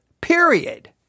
period